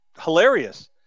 Hilarious